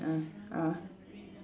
ah ah